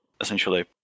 essentially